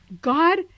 God